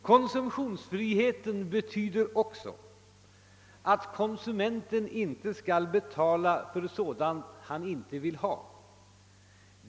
Konsumtionsfriheten betyder också att konsumenten inte skall betala för sådant han inte vill ha.